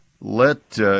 Let